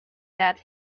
that